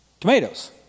Tomatoes